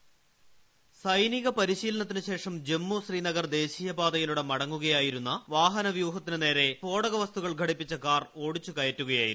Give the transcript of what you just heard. voice സൈനിക പരിശീലനത്തിനു ശേഷം ജമ്മു ശ്രീനഗർ ദേശീയ പാതയിലൂടെ മടങ്ങുകയായിരുന്ന വാഹനവ്യൂഹത്തിന് നേരെ സ്ഫോടക വസ്തുക്കൾ ഘടിപ്പിച്ച കാർ ഓടിച്ചു കയറ്റുകയായിരുന്നു